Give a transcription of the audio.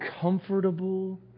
comfortable